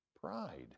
Pride